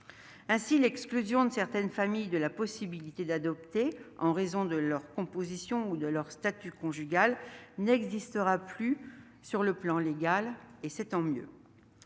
Ainsi, l'exclusion de certaines familles de la possibilité d'adopter en raison de leur composition ou de leur statut conjugal n'existera plus sur le plan légal. C'est tant mieux.